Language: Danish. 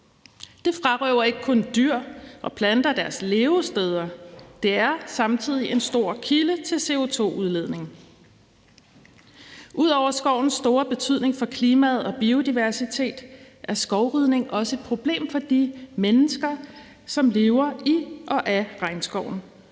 Det frarøver ikke kun dyr og planter deres levesteder. Det er samtidig en stor kilde til CO2-udledning. Udover skovens store betydning for klimaet og biodiversiteten er skovrydning også et problem for de mennesker, som lever i og af regnskoven.